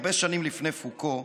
הרבה שנים לפני פוקו,